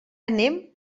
anem